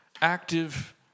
active